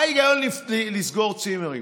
מה ההיגיון לסגור צימרים?